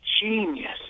genius